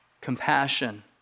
compassion